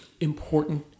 important